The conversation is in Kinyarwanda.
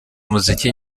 umuziki